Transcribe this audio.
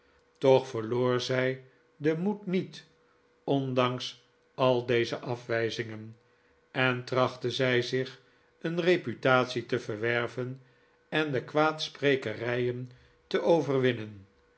toch verloor zij den moed niet ondanks al deze afwijzingen en trachtte zij zich een reputatie te verwerven en de kwaadsprekerijen te overwinnen